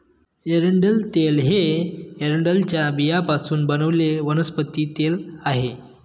एरंडेल तेल हे एरंडेलच्या बियांपासून बनवलेले वनस्पती तेल आहे